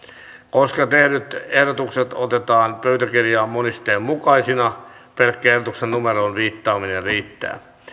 koska tehdyt ehdotukset otetaan pöytäkirjaan monisteen mukaisina pelkkä ehdotuksen numeroon viittaaminen riittää